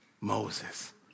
Moses